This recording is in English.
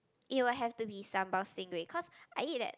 it will have to be sambal stingray cause I eat that